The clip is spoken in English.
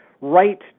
right